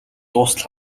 дуустал